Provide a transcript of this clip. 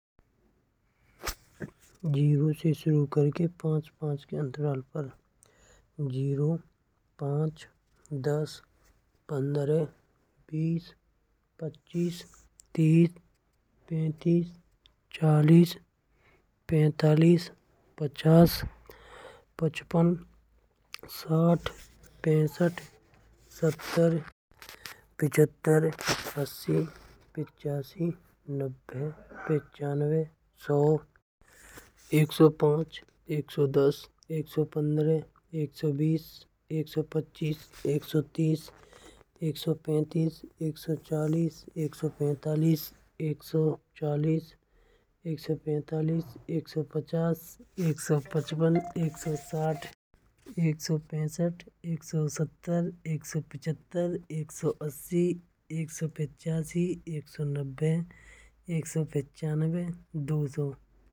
जीरो से शुरू करके पचपन के अंतराल पर पाँच, दस, पंद्रह, बीस, पच्चीस, तीस, पैतीस, चालीस, पैंतालीस, पचास, पचपन, साठ, पैंसठ, सत्तर। अस्सी, पचासी, नब्बे, पचानवे, सौ, एक सौ पाँच, एक सौ दस, एक सौ पंद्रह, एक सौ बीस, एक सौ पच्चीस, एक सौ तीस, एक सौ पैंतीस, एक सौ चालीस। एक सौ पैंतालिस, एक सौ चालीस, एक सौ पैंतालिस, एक सौ पचास, एक सौ पचपन, एक सौ साठ, एक सौ पैंसठ, एक सौ सत्तर, एक सौ पचहततर, एक सौ अस्सी, एक सौ पचासी, एक सौ नब्बे, एक सौ पंचननवे, दो सौ।